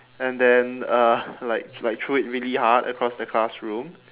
and then uh like like threw it really hard across the classroom